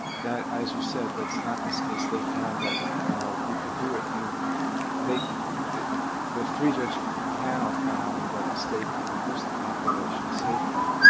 that as you said, that's not this case. they found that we could do it and they the three-judge panel found that the state could reduce the population safely.